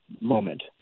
moment